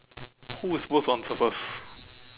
who is supposed to answer first